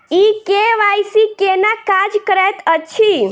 ई KYC केना काज करैत अछि?